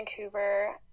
Vancouver